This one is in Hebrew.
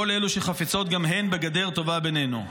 כל אלו שחפצות גם הן בגדר טובה בינינו.